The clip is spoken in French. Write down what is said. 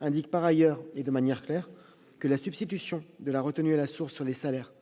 indique par ailleurs et de manière claire que la substitution à la retenue à la source sur les salaires